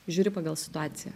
žiūri pagal situaciją